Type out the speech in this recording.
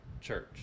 church